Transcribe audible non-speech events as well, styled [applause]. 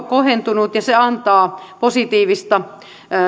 [unintelligible] kohentunut ja se antaa positiivista